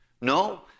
No